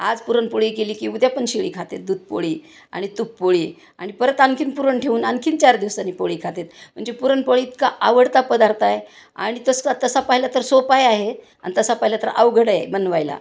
आज पुरणपोळी केली की उद्या पण शिळी खातात दूधपोळी आणि तूपपोळी आणि परत आणखी पुरण ठेवून आणखी चार दिवसांनी पोळी खातात म्हणजे पुरणपोळी इतका आवडता पदार्थ आहे आणि तसं तसा पहिलं तर सोपाही आहे आणि तसा पाहिलं तर अवघड आहे बनवायला